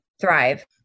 thrive